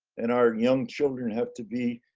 and our young children have to be